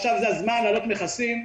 עכשיו זה הזמן להעלות מכסים?